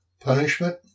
Punishment